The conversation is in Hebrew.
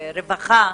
רווחה,